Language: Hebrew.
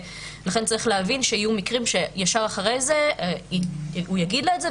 צריך להבין שיהיו מקרים שמייד אחריהם הוא יגיד לה את זה,